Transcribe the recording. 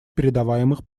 передаваемых